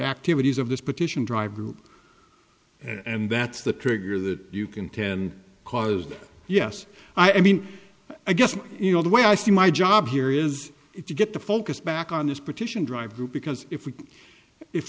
activities of this petition drive and that's the trigger that you can ten because yes i mean i guess you know the way i see my job here is if you get the focus back on this petition drive through because if we